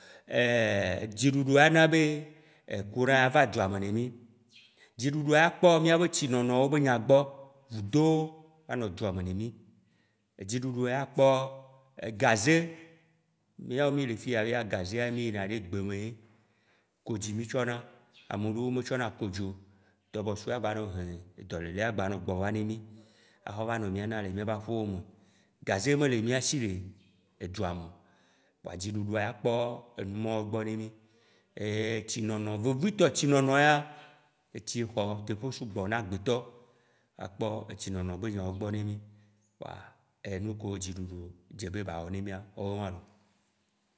Dziɖuɖua ya na be kuran ya va dzua me ne mì, dziɖuɖu ya kpɔ mìabe tsinonowo be nya gbɔ, vudowo anɔ dzua me ne mì. Dziɖuɖua ya kpɔ gaze mìawo mì le fiya fia ya gazea, mì yina ɖe gbe me ye, kodzui mìtsɔna, ameɖewo metsɔna kodzuiwo o tɔbɔsu abɔ ɖewo hein, dɔlele ava ne agbava nɔ gbɔ va ne mì axɔ va nɔ mì nam le mìa ba ƒewo me. gaze ye mele mìasi le edzua me o kpoa dziɖuɖua ya kpɔ enumɔwo gbɔ ne mì. Etsinono, vevitɔ etsinono ya, etsi xɔ teƒe sugbɔ na gbetɔ, woakpɔ etsinono be nyawo gbɔ ne mì kpoa enuke dziɖuɖu edze be ba wɔ ne mìa, wawoe wã loo.